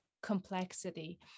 complexity